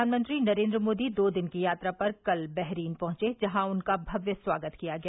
प्रधानमंत्री नरेंद्र मोदी दो दिन की यात्रा पर कल बहरीन पहुंचे जहां उनका भव्य स्वागत किया गया